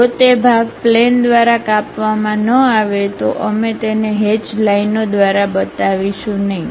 જો તે ભાગ પ્લેન દ્વારા કાપવામાં ન આવે તો અમે તેને હેચ લાઇનો દ્વારા બતાવીશું નહીં